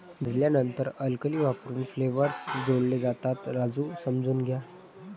भाजल्यानंतर अल्कली वापरून फ्लेवर्स जोडले जातात, राजू समजून घ्या